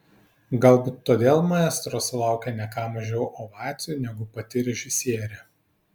galbūt todėl maestro sulaukė ne ką mažiau ovacijų negu pati režisierė